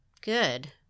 Good